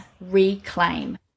reclaim